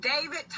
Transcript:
David